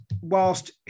whilst